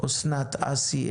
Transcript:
אסנת אסי,